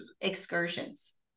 excursions